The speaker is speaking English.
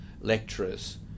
lecturers